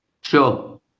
Sure